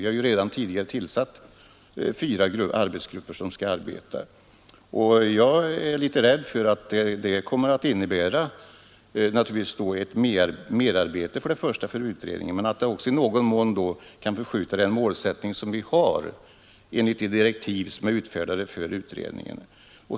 Vi har redan tidigare tillsatt fyra arbetsgrupper. Jag är rädd för att det för det första kommer att innebära ett merarbete för utredningen och för det andra kan förskjuta målsättningen gentemot de direktiv som är utfärdade för utredningen.